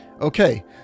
okay